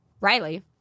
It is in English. Riley